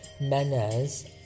manners